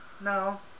No